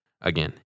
again